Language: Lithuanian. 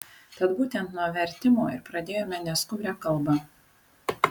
tad būtent nuo vertimų ir pradėjome neskubrią kalbą